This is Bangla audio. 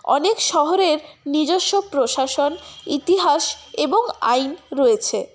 অনেক শহরের নিজস্ব প্রশাসন ইতিহাস এবং আইন রয়েছে